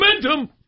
Momentum